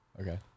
Okay